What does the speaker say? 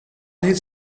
his